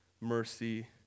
mercy